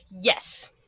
Yes